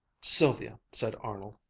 sylvia, said arnold,